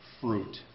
fruit